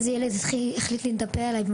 אחד הילדים החליט להתנפל עליי,